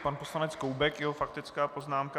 Pan poslanec Koubek, jeho faktická poznámka.